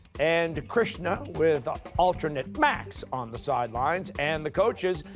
and krishna, with alternate max on the sidelines, and the coaches,